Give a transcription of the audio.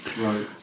Right